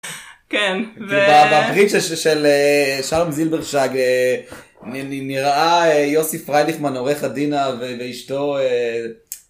בברית של שרם זילברשג נראה יוסיף רייליכמן עורך הדין ואשתו.